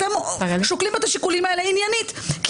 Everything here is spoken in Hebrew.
אתם שוקלים את השיקולים האלה עניינית כי